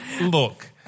Look